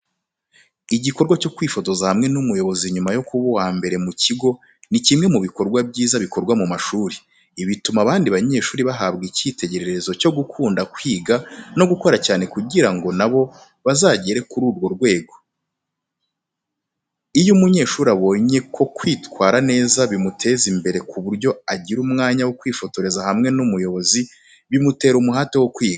Igikorwa cyo kwifotoza hamwe n’umuyobozi nyuma yo kuba uwa mbere mu kigo ni kimwe mu bikorwa byiza bikorwa mu mashuri. Ibi bituma abandi banyeshuri bahabwa icyitegererezo cyo gukunda kwiga no gukora cyane kugira ngo na bo bazagere kuri uwo rwego. Iyo umunyeshuri abonye ko kwitwara neza bimuteza imbere ku buryo agira umwanya wo kwifotoza hamwe n’umuyobozi, bimutera umuhate wo kwiga.